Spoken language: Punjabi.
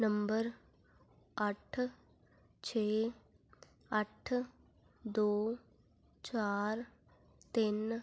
ਨੰਬਰ ਅੱਠ ਛੇ ਅੱਠ ਦੋ ਚਾਰ ਤਿੰਨ